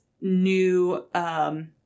new